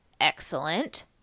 excellent